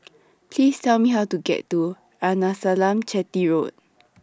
Please Tell Me How to get to Arnasalam Chetty Road